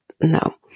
no